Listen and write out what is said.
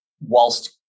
whilst